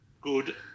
good